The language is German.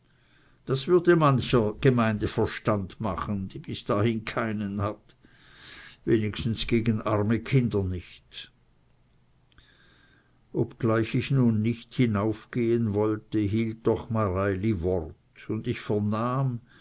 das würde mancher gemeinde verstand machen die bis dahin keinen hat wenigstens gegen arme kinder nicht obgleich ich nun nicht hinaufgehen wollte hielt doch mareili wort und ich vernahm